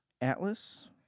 Atlas